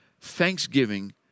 thanksgiving